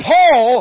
Paul